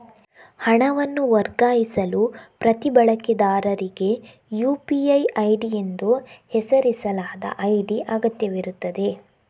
ಹಣವನ್ನು ವರ್ಗಾಯಿಸಲು ಪ್ರತಿ ಬಳಕೆದಾರರಿಗೆ ಯು.ಪಿ.ಐ ಐಡಿ ಎಂದು ಹೆಸರಿಸಲಾದ ಐಡಿ ಅಗತ್ಯವಿರುತ್ತದೆ